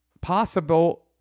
possible